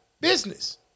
business